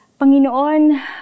Panginoon